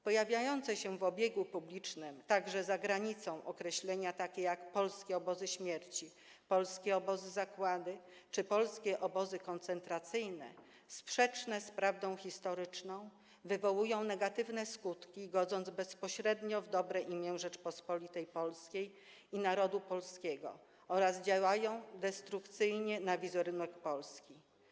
Pojawiające się w obiegu publicznym, także za granicą, określenia takie jak „polskie obozy śmierci”, „polskie obozy zagłady” czy „polskie obozy koncentracyjne”, sprzeczne z prawdą historyczną, wywołują negatywne skutki, godząc bezpośrednio w dobre imię Rzeczypospolitej Polskiej i narodu polskiego, oraz działają destrukcyjnie na wizerunek Polski.